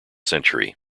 century